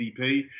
GDP